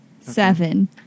Seven